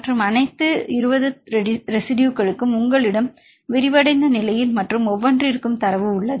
மற்றும் அனைத்து 20 ரெசிடுயுளுக்கும் உங்களிடம் விரிவடைந்த நிலையில் மற்றும் ஒவ்வொன்றிற்கும் தரவு உள்ளது